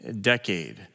decade